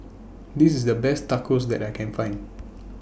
This IS The Best Tacos that I Can Find